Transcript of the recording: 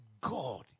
God